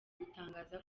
gutangaza